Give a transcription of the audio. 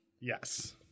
Yes